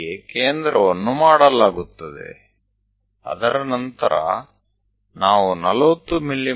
ಹೀಗೆ ಕೇಂದ್ರವನ್ನು ಮಾಡಲಾಗುತ್ತದೆ ಅದರ ನಂತರ ನಾವು 40 ಮಿ